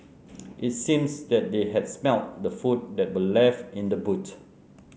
it seems that they had smelt the food that were left in the boot